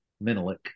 Menelik